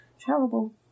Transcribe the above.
terrible